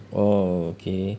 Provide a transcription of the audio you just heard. oh okay